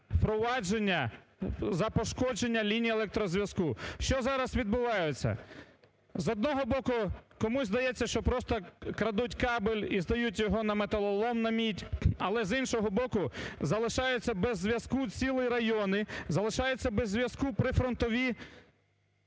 за пошкодження ліній електрозв'язку. Що зараз відбувається? З одного боку, комусь здається, що просто крадуть кабель і здають його на металолом на мідь, але, з іншого боку, залишаються без зв'язку цілі райони, залишаються без зв'язку прифронтові